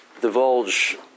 divulge